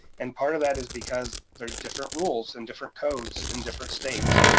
and part of that is because there's different rules and different codes in different states.